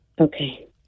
Okay